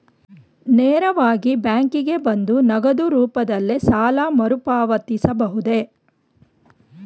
ನೇರವಾಗಿ ಬ್ಯಾಂಕಿಗೆ ಬಂದು ನಗದು ರೂಪದಲ್ಲೇ ಸಾಲ ಮರುಪಾವತಿಸಬಹುದೇ?